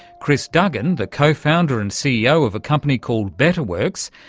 kris duggan, the co-founder and ceo of a company called betterworks,